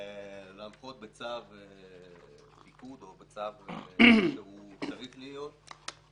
להנחות בצו פיקוד או בצו שהוא צריך להיות,